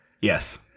Yes